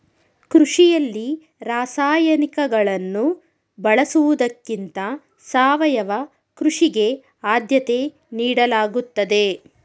ಕೃಷಿಯಲ್ಲಿ ರಾಸಾಯನಿಕಗಳನ್ನು ಬಳಸುವುದಕ್ಕಿಂತ ಸಾವಯವ ಕೃಷಿಗೆ ಆದ್ಯತೆ ನೀಡಲಾಗುತ್ತದೆ